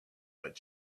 but